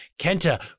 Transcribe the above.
Kenta